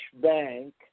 bank